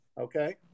Okay